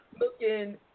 looking